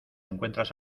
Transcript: encuentras